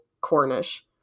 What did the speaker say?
Cornish